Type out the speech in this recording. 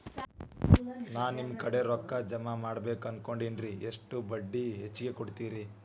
ನಾ ನಿಮ್ಮ ಕಡೆ ರೊಕ್ಕ ಜಮಾ ಮಾಡಬೇಕು ಅನ್ಕೊಂಡೆನ್ರಿ, ಎಷ್ಟು ಬಡ್ಡಿ ಹಚ್ಚಿಕೊಡುತ್ತೇರಿ?